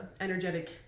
energetic